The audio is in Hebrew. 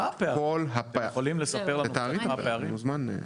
--- אתם יכולים לספר לנו מה הפערים?